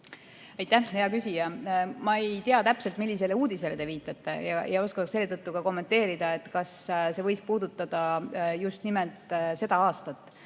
Aitäh, hea küsija! Ma ei tea täpselt, millisele uudisele te viitate ega oska selle tõttu ka kommenteerida, kas see võiks puudutada just nimelt seda aastat.